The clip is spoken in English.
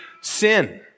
sin